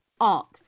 art